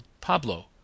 Pablo